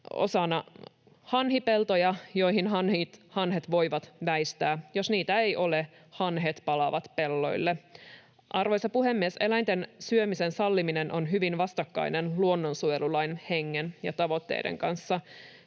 hanhipeltoja, joihin hanhet voivat väistää. Jos niitä ei ole, hanhet palaavat pelloille. Arvoisa puhemies! Eläinten syömisen salliminen on hyvin vastakkainen luonnonsuojelulain hengen ja tavoitteiden kanssa.